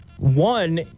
One